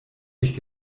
sich